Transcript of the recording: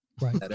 Right